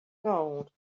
gold